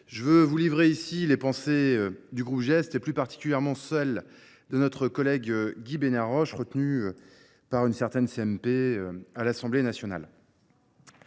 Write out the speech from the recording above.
je veux vous livrer ici les pensées du groupe GEST sur ce texte, en particulier celles de notre collègue Guy Benarroche, qui est retenu par une certaine CMP à l’Assemblée nationale…